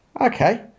Okay